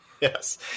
Yes